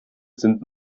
sind